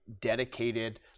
dedicated